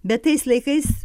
bet tais laikais